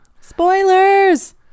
Spoilers